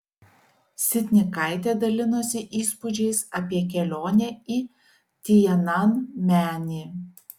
sitnikaitė dalinosi įspūdžiais apie kelionę į tiananmenį